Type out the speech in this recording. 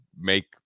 make